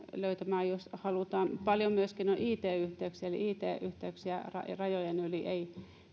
löytämään jos halutaan paljon on esteitä myöskin it yhteyksissä eli it yhteyksiä rajojen yli ei